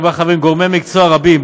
שחברים בה גורמי מקצוע רבים,